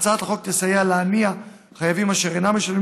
הצעת החוק תסייע להניע חייבים אשר אינם משלמים